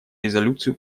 резолюцию